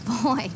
Boy